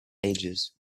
ages